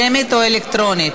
שמית או אלקטרונית?